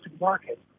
market